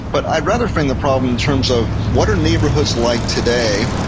but i'd rather frame the problem in terms of, what are neighborhoods like today,